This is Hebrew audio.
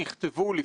נעשתה